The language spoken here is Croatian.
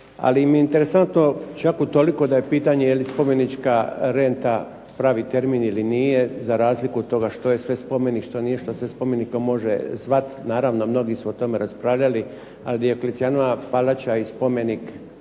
Ali mi je interesantno čak utoliko da je pitanje je li spomenička renta pravi termin ili nije za razliku od toga što je sve spomenik, što nije, što se spomenikom može zvati. Naravno mnogi su o tome raspravljali, a Dioklecijanova palača i spomenik recimo